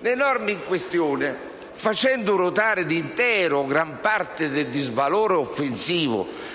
Le norme in questione, facendo ruotare l'intero o gran parte del disvalore offensivo